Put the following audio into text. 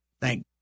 thank